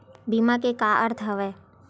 बीमा के का अर्थ हवय?